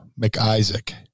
McIsaac